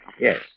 Yes